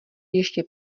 ještě